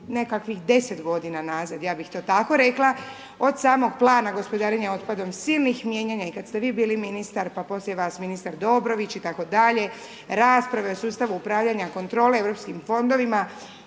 nekakvih 10 godina nazad, ja bih to tako rekla, od samog plana gospodarenja otpadom, silnih mijenjanja i kad ste vi bili ministar, pa poslije vas ministar Dobrović itd., rasprave o sustavu upravljanja kontrole europskim fondovima